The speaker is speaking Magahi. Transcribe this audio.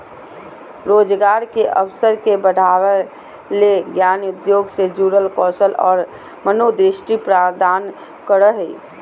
रोजगार के अवसर के बढ़ावय ले ज्ञान उद्योग से जुड़ल कौशल और मनोदृष्टि प्रदान करो हइ